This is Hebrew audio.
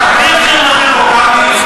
חברים מהרשימה שלך עמדו לזכר הרוצחים,